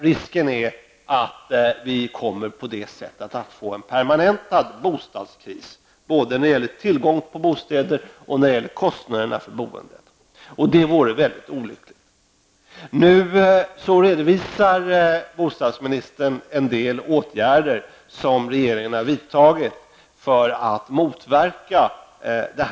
Risken är att vi på det sättet kommer att få en permanentad bostadskris när det gäller både tillgången på bostäder och kostnaderna för boendet. Det vore väldigt olyckligt. Bostadsministern redovisar nu en del åtgärder som regeringen vidtagit för att motverka detta.